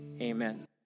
Amen